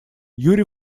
юрий